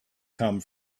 come